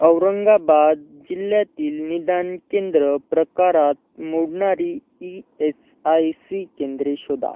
औरंगाबाद जिल्ह्यातील निदान केंद्र प्रकारात मोडणारी ई एस आय सी केंद्रे शोधा